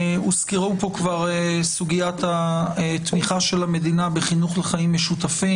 כבר הוזכרה פה סוגיית התמיכה של המדינה בחינוך לחיים משותפים.